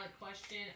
question